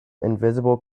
invisible